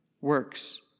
works